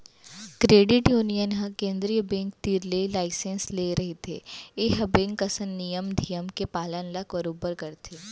credit union ह केंद्रीय bank तीर ले लाइसेंस ले रहिथे ए ह बेंक असन नियम धियम के पालन ल बरोबर करथे